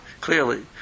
clearly